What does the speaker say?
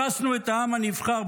הרסנו את העם הנבחר,